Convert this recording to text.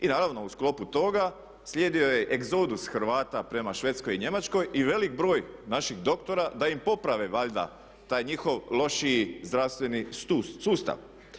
I naravno u sklopu toga slijedio je egzodus Hrvata prema Švedskoj i Njemačkoj i velik broj naših doktora da im poprave valjda taj njihov lošiji zdravstveni sustav.